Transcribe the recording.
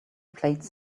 plates